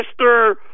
Mr